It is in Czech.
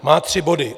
Má tři body.